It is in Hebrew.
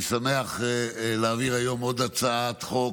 אני שמח להעביר היום עוד הצעת חוק,